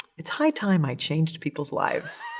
it's high time i changed people's lives.